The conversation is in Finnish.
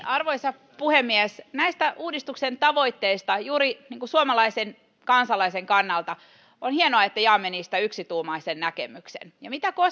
arvoisa puhemies näistä uudistuksen tavoitteista juuri suomalaisen kansalaisen kannalta on hienoa että jaamme niistä yksituumaisen näkemyksen ja mitä